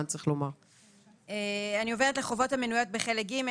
אני עוברת לחובות המנויות בחלק ג',